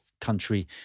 country